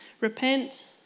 Repent